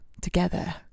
together